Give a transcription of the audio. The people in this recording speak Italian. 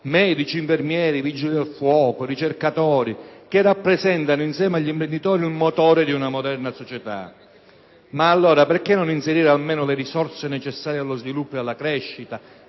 medici, infermieri, vigili del fuoco, ricercatori ), che rappresentano, insieme agli imprenditori, il motore di una moderna società. Ma, allora, perché non inserire almeno le risorse necessarie allo sviluppo e alla crescita?